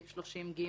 30(ג)